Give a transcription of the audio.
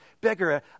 beggar